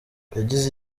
yagize